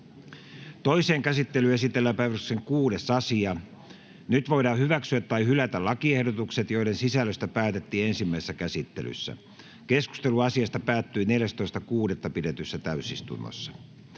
Toiseen käsittelyyn esitellään päiväjärjestyksen 6. asia. Nyt voidaan hyväksyä tai hylätä lakiehdotukset, joiden sisällöstä päätettiin ensimmäisessä käsittelyssä. Keskustelu asiasta päättyi 14.6.2022 pidetyssä täysistunnossa.